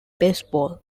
baseball